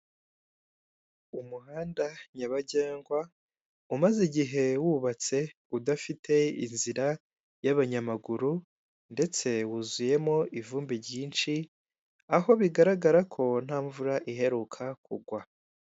Umuhanda nyabagendwa umaze igihe wubatse, udafite inzira y'abanyamaguru, ndetse wuzuyemo ivumbi ryinshi, aho bigararaga ko nta mvura iheruka kugwa.